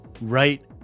right